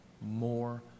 more